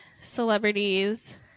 celebrities